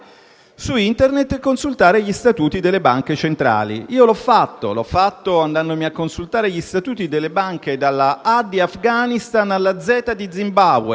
su Internet e consultare gli statuti delle banche centrali. L'ho fatto, andando a consultare gli statuti delle banche, dalla A di Afghanistan alla Z di Zimbabwe,